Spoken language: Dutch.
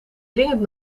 dringend